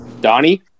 Donnie